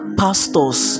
pastors